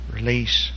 Release